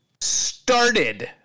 started